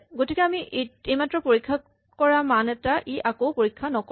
গতিকে আমি এইমাত্ৰ পৰীক্ষা কৰা মান এটা ই আকৌ পৰীক্ষা নকৰে